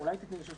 אני חושב